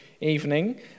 evening